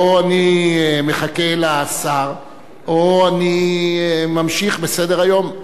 או שאני מחכה לשר, או שאני ממשיך בסדר-היום.